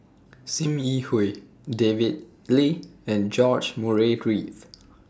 SIM Yi Hui David Lee and George Murray Reith